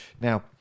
Now